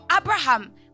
Abraham